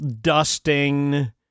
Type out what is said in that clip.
Dusting